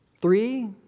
Three